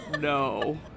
no